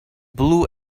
blue